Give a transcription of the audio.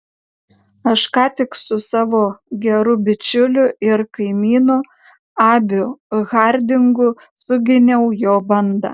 aš ką tik su savo geru bičiuliu ir kaimynu abiu hardingu suginiau jo bandą